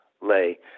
lay